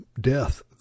death